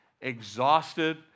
exhausted